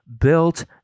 built